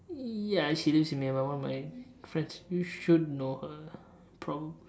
ya she lives in Myanmar one of my friends you should know her prob~